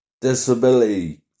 Disability